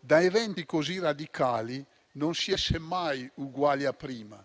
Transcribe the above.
Da eventi così radicali, non si esce mai uguali a prima.